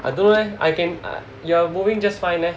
I don't know leh I can ah you're moving just fine leh